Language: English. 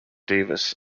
davis